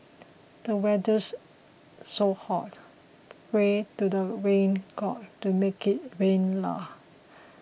the weather's so hot pray to the rain god to make it rain leh